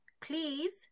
Please